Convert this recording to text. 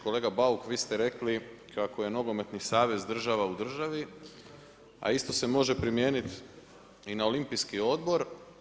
Kolega Bauk, vi ste rekli kako je Nogometni savez država u državi, a isto se može primijenit i na Olimpijski odbor.